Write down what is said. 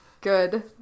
Good